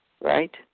right